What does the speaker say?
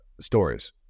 stories